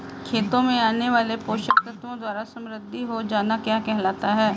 खेतों में आने वाले पोषक तत्वों द्वारा समृद्धि हो जाना क्या कहलाता है?